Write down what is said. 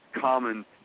common